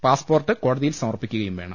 passport കോടതിയിൽ സമർപ്പിക്കുകയും വേണം